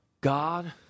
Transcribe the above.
God